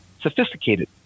sophisticated